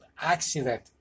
accident